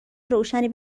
روشنی